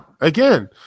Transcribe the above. again